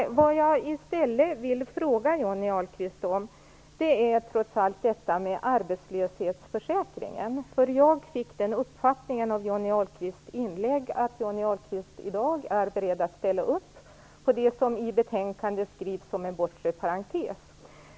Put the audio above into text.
I stället vill jag fråga Johnny Ahlqvist om detta med arbetslöshetsförsäkringen. Jag fick den uppfattningen av Johnny Ahlqvists inlägg att han i dag är beredd att ställa upp på det som i betänkandet skrivs som en bortre parentes.